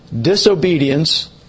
disobedience